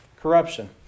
Corruption